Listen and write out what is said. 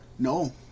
No